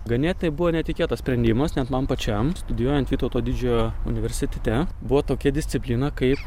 ganėtinai buvo netikėtas sprendimas net man pačiam studijuojant vytauto didžiojo universitete buvo tokia disciplina kaip